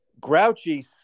grouchy